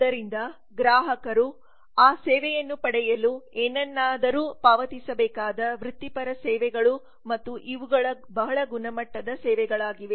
ಆದ್ದರಿಂದ ಗ್ರಾಹಕರು ಆ ಸೇವೆಯನ್ನು ಪಡೆಯಲು ಏನನ್ನಾದರೂ ಪಾವತಿಸಬೇಕಾದ ವೃತ್ತಿಪರ ಸೇವೆಗಳು ಮತ್ತು ಇವುಗಳು ಬಹಳ ಗುಣಮಟ್ಟದ ಸೇವೆಗಳಾಗಿವೆ